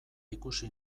ikusi